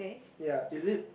ya is it